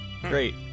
Great